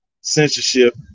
Censorship